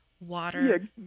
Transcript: water